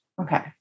Okay